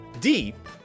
deep